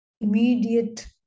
immediate